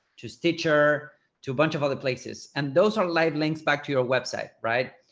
to stitcher to a bunch of other places. and those are live links back to your website. right?